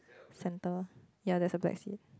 centre ya there is a black seat